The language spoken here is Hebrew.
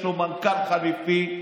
יש לו מנכ"ל חליפי,